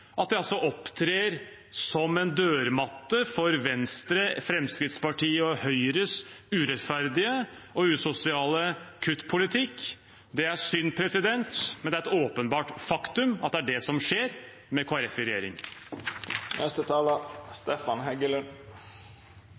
at de altså opptrer som dørmatte for Venstre, Fremskrittspartiet og Høyres urettferdige og usosiale kuttpolitikk. Det er synd, men det er et åpenbart faktum at det er det som skjer med Kristelig Folkeparti i regjering.